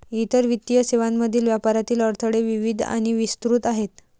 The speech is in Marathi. इतर वित्तीय सेवांमधील व्यापारातील अडथळे विविध आणि विस्तृत आहेत